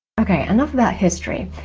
okay enough about history.